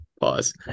pause